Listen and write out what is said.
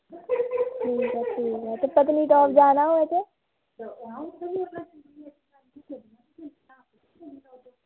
ठीक ऐ ठीक ऐ ते पत्नीटाप जाना होऐ ते